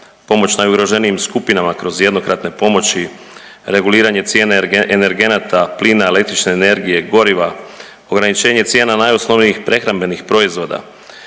pomoć najugroženijim skupinama kroz jednokratne pomoći, reguliranje cijene energenata plina, električne energije, goriva, ograničenje cijena najosnovnijih prehrambenih proizvoda,